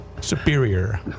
Superior